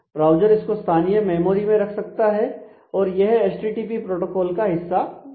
browser इसको स्थानीय memory में रख सकता है और यह एचटीटीपी प्रोटोकोल का हिस्सा बन जाता है